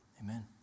amen